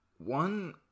One